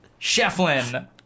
Shefflin